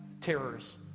terrors